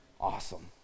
awesome